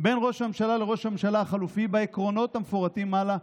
"בין ראש הממשלה לראש הממשלה החלופי בעקרונות המפורטים מעלה,